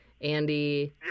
Andy